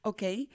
Okay